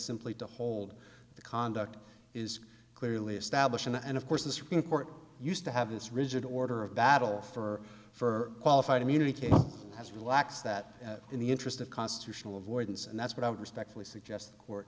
simply to hold the conduct is clearly established in and of course the supreme court used to have this rigid order of battle for for qualified immunity has relaxed that in the interest of constitutional avoidance and that's what i would respectfully suggest or